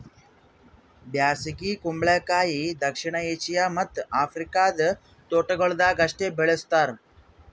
ಬ್ಯಾಸಗಿ ಕುಂಬಳಕಾಯಿ ದಕ್ಷಿಣ ಏಷ್ಯಾ ಮತ್ತ್ ಆಫ್ರಿಕಾದ ತೋಟಗೊಳ್ದಾಗ್ ಅಷ್ಟೆ ಬೆಳುಸ್ತಾರ್